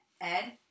Ed